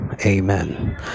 Amen